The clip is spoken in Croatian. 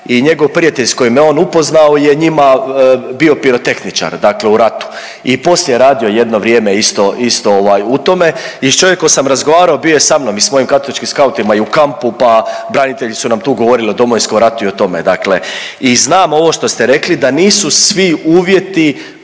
i njegov prijatelj s kojim me on upoznao je njima bio pirotehničar dakle u ratu i poslije je radio jedno vrijeme isto, isto ovaj u tome i s čovjekom sam razgovarao, bio je sa mnom i s mojim katoličkim skautima i u kampu, pa branitelji su nam tu govorili o Domovinskom ratu i o tome, dakle i znam ovo što ste rekli da nisu svi uvjeti